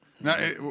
now